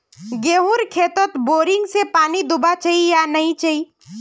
गेँहूर खेतोत बोरिंग से पानी दुबा चही या नी चही?